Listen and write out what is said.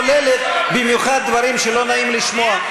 כוללת במיוחד דברים שלא נעים לשמוע.